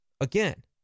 Again